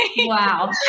Wow